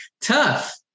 tough